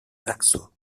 naxos